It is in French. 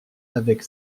avec